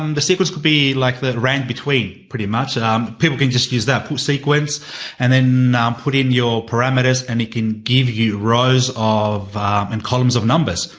um the secrets could be like, the rank between pretty much, um people can just use that through sequence and then um put in your parameters and it can give you rows of and columns of numbers,